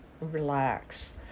Relax